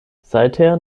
seither